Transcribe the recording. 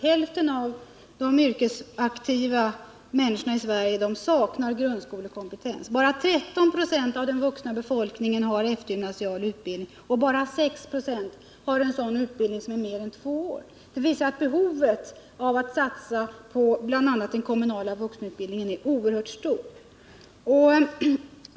Hälften av de yrkesaktiva människorna i Sverige saknar alltså grundskolekompetens. Bara 1396 av den vuxna befolkningen har eftergymnasial utbildning och bara 6 96 har en sådan utbildning som är längre än två år. Det visar att behovet av att satsa på bl.a. den kommunala vuxenutbildningen är oerhört stort.